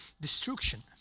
destruction